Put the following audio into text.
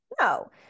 no